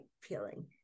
feeling